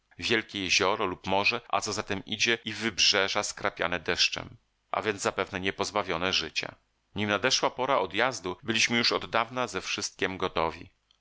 wielkie jezioro lub morze a co za tem idzie i wybrzeża skrapiane deszczem a więc zapewne nie pozbawione życia nim nadeszła pora odjazdu byliśmy już oddawna ze wszystkiem gotowi